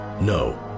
No